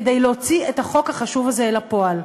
כדי להוציא את החוק החשוב הזה אל הפועל.